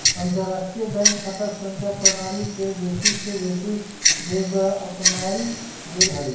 अंतरराष्ट्रीय बैंक खता संख्या प्रणाली के बेशी से बेशी देश द्वारा अपनाएल गेल हइ